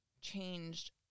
changed